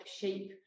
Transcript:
shape